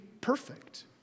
perfect